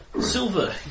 Silver